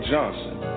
Johnson